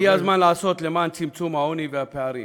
כי הגיע הזמן לעשות למען צמצום העוני והפערים.